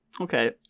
okay